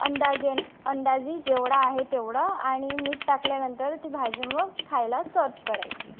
अंदाजे अंदाजे जेवढा आहे तेवढं आणि मीठ टाकल्यानंतर ती भाजी मग खायला सर्व करायची